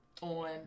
on